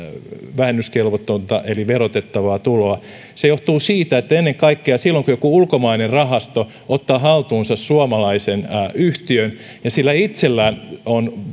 vähennyskelvotonta eli verotettavaa tuloa se johtuu siitä että ennen kaikkea silloin kun joku ulkomainen rahasto ottaa haltuunsa suomalaisen yhtiön ja sillä itsellään on